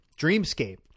dreamscape